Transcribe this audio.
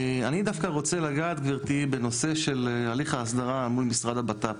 אני דווקא רוצה לגעת בנושא של הליך ההסדרה מול משרד הבט"פ.